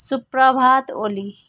सुप्रभात ओली